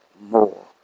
more